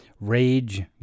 Rage